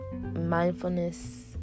mindfulness